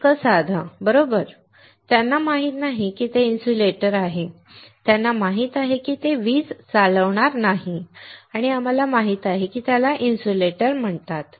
इतकं साधं बरोबर त्यांना माहित नाही की ते इन्सुलेटर आहे त्यांना माहित आहे की ते वीज चालवणार नाही आणि आम्हाला माहित आहे की त्याला इन्सुलेटर म्हणतात